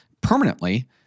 permanently